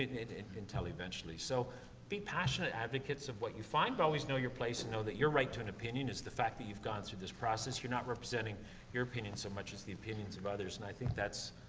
until eventually. so be passionate advocates of what you find, but always know your place, and know that your right to an opinion is the fact that you've gone through this process. you're not representing your opinion so much as the opinions of others. and i think that's.